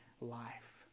life